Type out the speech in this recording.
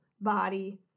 body